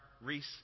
Reese